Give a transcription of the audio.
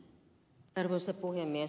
arvoisa puhemies